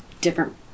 different